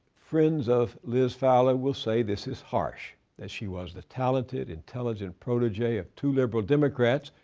friends of liz fowler will say this is harsh. that she was the talented, intelligent protege of two liberal democrats,